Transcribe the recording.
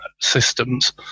systems